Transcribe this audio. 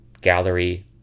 gallery